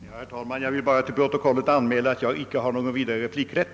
Herr talman! Jag vill bara till protokollet anmäla, att jag inte har någon vidare replikrätt.